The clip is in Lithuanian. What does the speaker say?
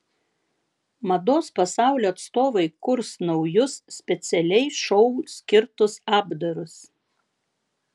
mados pasaulio atstovai kurs naujus specialiai šou skirtus apdarus